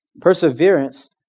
Perseverance